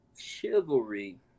chivalry